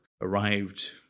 arrived